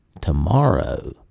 tomorrow